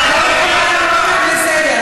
אני מתחילה לקרוא אתכם לסדר.